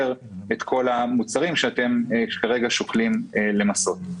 את כל המוצרים שאתם כרגע שוקלים למסות.